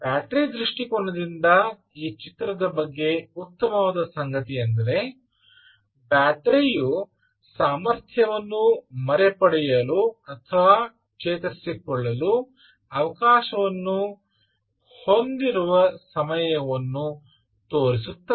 battery ದೃಷ್ಟಿಕೋನದಿಂದ ಈ ಚಿತ್ರದ ಬಗ್ಗೆ ಉತ್ತಮವಾದ ಸಂಗತಿಯೆಂದರೆ ಬ್ಯಾಟರಿಯು ಸಾಮರ್ಥ್ಯವನ್ನು ಮರುಪಡೆಯಲುಚೇತರಿಸಿಕೊಳ್ಳಲು ಅವಕಾಶವನ್ನು ಹೊಂದಿರುವ ಸಮಯವನ್ನು ತೋರಿಸುತ್ತದೆ